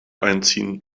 einziehen